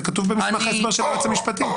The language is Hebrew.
זה כתוב במסמך ההסבר של היועץ המשפטי.